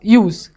use